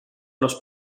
los